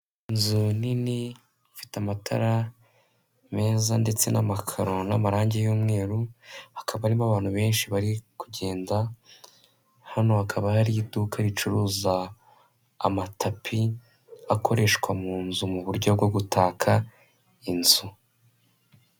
Inzu nini ifite amatara meza ndetse n'amakaro n'amarangi y'umweru, hakaba harimo abantu benshi bari kugenda, hano hakaba hari iduka ricuruza amatapi akoreshwa mu nzu mu buryo bwo gutaka inzu.